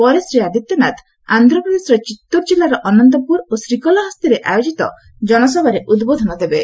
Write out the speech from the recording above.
ପରେ ଶ୍ରୀ ଆଦିତ୍ୟନାଥ ଆନ୍ଧ୍ରପ୍ରଦେଶର ଚିତ୍ତୁର ଜିଲ୍ଲାର ଅନନ୍ତପୁର ଓ ଶ୍ରୀକଲାହସ୍ତୀରେ ଆୟୋଜିତ ଜନସଭାରେ ଉଦ୍ବୋଧନ ଦେବେ